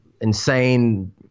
insane